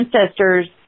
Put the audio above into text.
ancestors